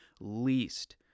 Least